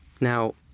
Now